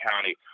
County